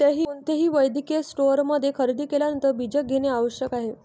कोणत्याही वैद्यकीय स्टोअरमध्ये खरेदी केल्यानंतर बीजक घेणे आवश्यक आहे